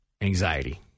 anxiety